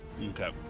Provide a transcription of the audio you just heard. Okay